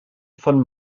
von